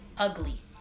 ugly